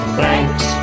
thanks